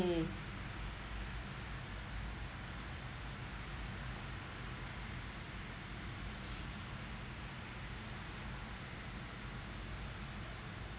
mm